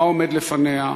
מה עומד לפניה,